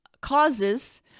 causes